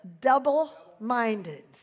double-minded